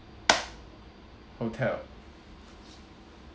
hotel